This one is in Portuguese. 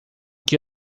que